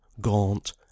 gaunt